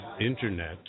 internet